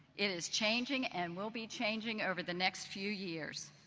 it is changing and will be changing over the next few years.